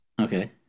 Okay